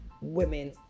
women